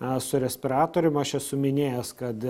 na su respiratorium aš esu minėjęs kad